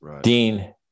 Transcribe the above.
Dean